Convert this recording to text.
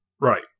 Right